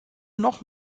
noch